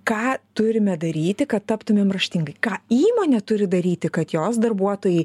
ką turime daryti kad taptumėm raštingi ką įmonė turi daryti kad jos darbuotojai